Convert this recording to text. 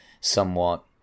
somewhat